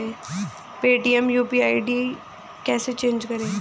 Paytm UPI ID कैसे change करें?